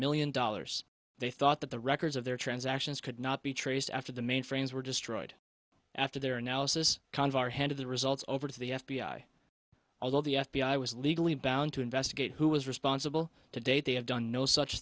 million dollars they thought that the records of their transactions could not be traced after the mainframes were destroyed after their analysis qanbar head of the results over to the f b i although the f b i was legally bound to investigate who was responsible to date they have done no such